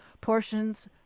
portions